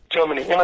Germany